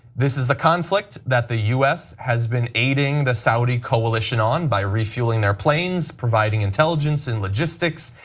this is a conflict that the u s. has been aiding the saudi coalition on by refueling their planes, providing intelligence and logistics,